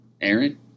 Aaron